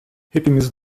hepimiz